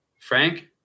Frank